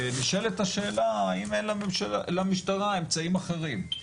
ונשאלת השאלה אם אין למשטרה אמצעים אחרים.